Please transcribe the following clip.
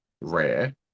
rare